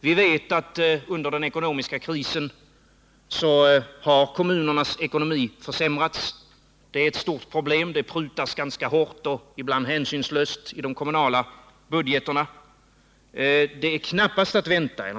Vi vet att under den ekonomiska krisen har kommunernas ekonomi försämrats, och det är ett stort problem. Det prutas ganska hårt och ibland hänsynslöst i de kommunala budgetarna.